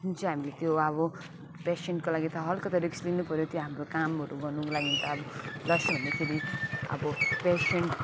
जुन चाहिँ हामीले त्यो अब पेसेन्टको लागि त हल्का त रिस्क लिनुपर्यो त्यो हाम्रो कामहरू गर्नुको लागिन् त अब जसै भने पनि अब पेसेन्ट